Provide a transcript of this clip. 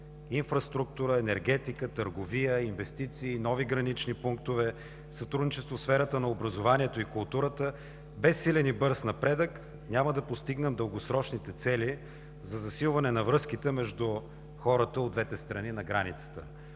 инфраструктура, енергетика, търговия, инвестиции, нови гранични пунктове, сътрудничество в сферата на образованието и културата. Без силен и бърз напредък няма да постигнем дългосрочните цели за засилване на връзките между хората от двете страни на границата.